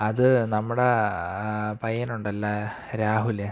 അത് നമ്മുടെയാ പയ്യനുണ്ടല്ലോ രാഹുല്